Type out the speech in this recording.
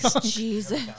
Jesus